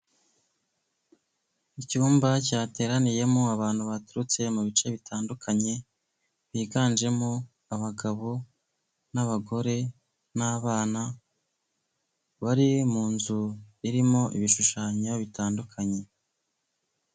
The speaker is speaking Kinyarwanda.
Icyumba cyateraniyemo abantu baturutse mu bice bitandukanye, biganjemo abagabo n'abagore, n'abana, bari mu inzu irimo ibishushanyo bitandukanye.